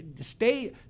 stay